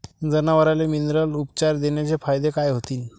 जनावराले मिनरल उपचार देण्याचे फायदे काय होतीन?